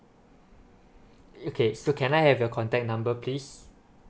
okay so can I have your contact number please